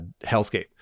hellscape